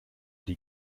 die